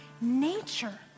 nature